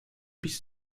bis